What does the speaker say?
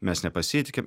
mes nepasitikim